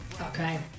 okay